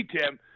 Tim